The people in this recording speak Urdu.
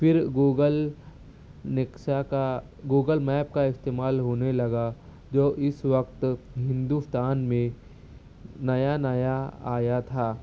پھر گوگل نیکسا کا گوگل میپ کا استعمال ہونے لگا جو اس وقت ہندوستان میں نیا نیا آیا تھا